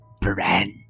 Brand